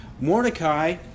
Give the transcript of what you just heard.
Mordecai